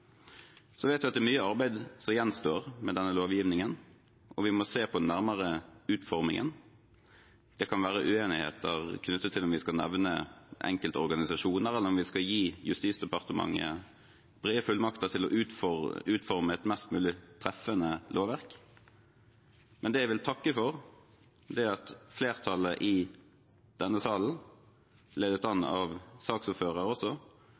vet at det er mye arbeid som gjenstår med denne lovgivningen, og vi må se nærmere på utformingen. Det kan være uenigheter knyttet til om vi skal nevne enkeltorganisasjoner eller om vi skal gi Justis- og beredskapsdepartementet brede fullmakter til å utforme et mest mulig treffende lovverk. Men det jeg vil takke for, er at flertallet i denne salen – ledet an av saksordføreren også